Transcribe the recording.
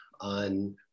on